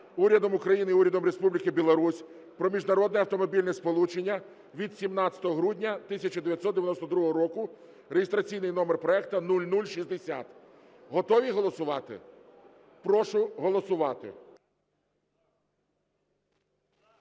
Урядом України і Урядом Республіки Білорусь про міжнародне автомобільне сполучення від 17 грудня 1992 року (реєстраційний номер проекту 0060). Готові голосувати? Прошу голосувати.